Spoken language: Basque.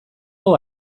hau